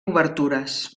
obertures